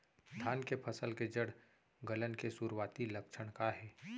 धान के फसल के जड़ गलन के शुरुआती लक्षण का हे?